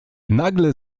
nagle